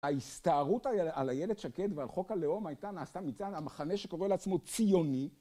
ההסתערות על אילת שקד ועל חוק הלאום הייתה... נעשתה מצד המחנה שקורא לעצמו "ציוני"